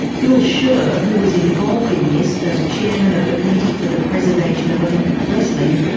bill scherr, who was involved in this as chairman of the committee for the preservation of olympic wrestling,